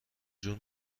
جور